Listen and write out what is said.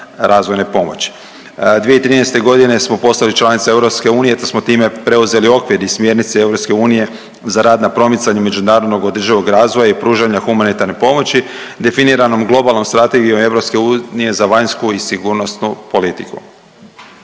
razvojne pomoći. 2013. godine smo postali članica EU te smo time preuzeli okvir i smjernice EU za rad na promicanju međunarodnog održivog razvoja i pružanja humanitarne pomoći definirano globalnom strategijom EU za vanjsku i sigurnosnu politiku.